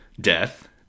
death